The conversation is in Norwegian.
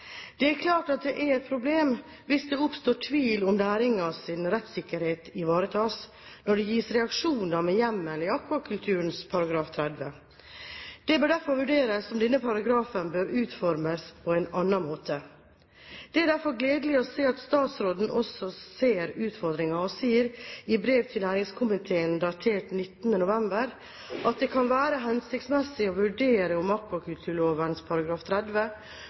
Det er klart at det er et problem hvis det oppstår tvil om næringens rettssikkerhet ivaretas, når det gis reaksjoner med hjemmel i akvakulturloven § 30. Det bør derfor vurderes om denne paragrafen bør utformes på en annen måte. Det er derfor gledelig å se at statsråden også ser utfordringen. Hun sier i brev til næringskomiteen datert 19. november at «det kan være hensiktsmessig å vurdere om akvakulturloven § 30